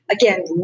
again